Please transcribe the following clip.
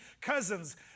cousins